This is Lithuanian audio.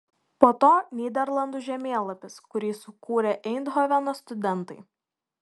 po to nyderlandų žemėlapis kurį sukūrė eindhoveno studentai